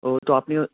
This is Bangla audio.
ও তো আপনি